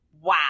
wow